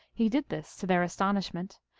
he did this, to their astonishment.